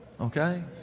okay